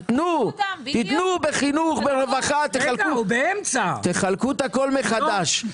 תתנו בחינוך, ברווחה, תחלקו הכול מחדש.